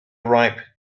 ripe